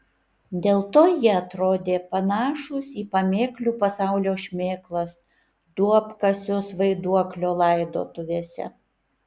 dėl to jie atrodė panašūs į pamėklių pasaulio šmėklas duobkasius vaiduoklio laidotuvėse